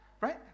right